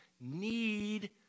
need